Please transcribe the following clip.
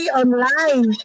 online